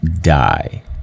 die